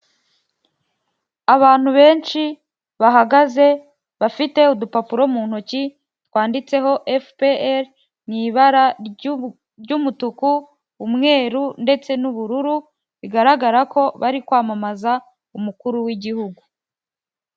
Abantu benshi bahagaze bafite udupapuro mu ntoki twanditseho FPR mu ibara ry'umutuku, umweru ndetse n'ubururu, bigaragara ko bari kwamamaza umukuru w'igihugu.